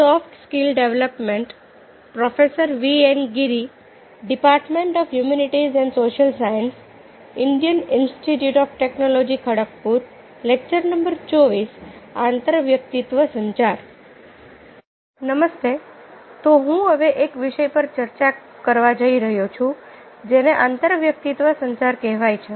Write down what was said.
નમસ્તેતો હવે હું એક વિષય પર ચર્ચા કરવા જઈ રહ્યો છું જેને અંતર વ્યક્તિત્વ સંચાર કહેવાય છે